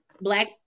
Black